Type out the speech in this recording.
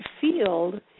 field